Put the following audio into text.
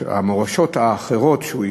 המורשות האחרות שהוא השאיר.